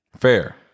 Fair